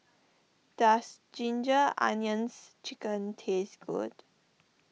does Ginger Onions Chicken taste good